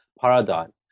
paradigm